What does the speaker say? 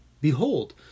Behold